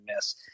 miss